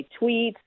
tweets